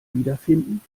wiederfinden